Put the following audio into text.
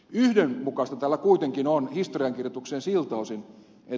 yhdenmukaista tämä kuitenkin on historiankirjoitukseen siltä osin kun ed